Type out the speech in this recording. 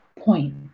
point